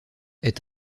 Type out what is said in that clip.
est